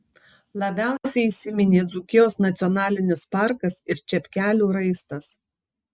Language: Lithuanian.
labiausiai įsiminė dzūkijos nacionalinis parkas ir čepkelių raistas